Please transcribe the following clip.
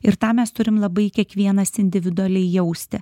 ir tą mes turim labai kiekvienas individualiai jausti